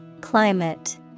Climate